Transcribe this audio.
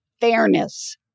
fairness